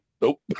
nope